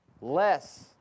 less